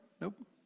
Nope